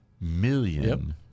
million